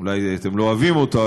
אולי אתם לא אוהבים אותו,